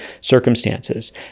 circumstances